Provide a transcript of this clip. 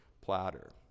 platter